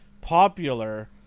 popular